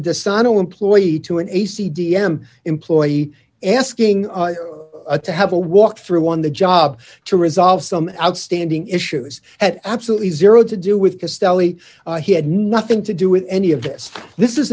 a dishonorable employee to an ac d m employee asking to have a walk through on the job to resolve some outstanding issues at absolutely zero to do with castelli he had nothing to do with any of this this is